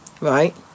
right